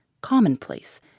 commonplace